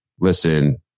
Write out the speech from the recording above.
listen